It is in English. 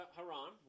Haran